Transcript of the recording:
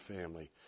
family